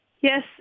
Yes